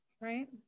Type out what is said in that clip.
right